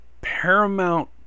paramount